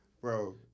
Bro